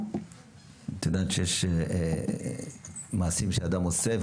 את יודעת מעשים שאדם עושה,